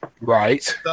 right